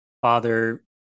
father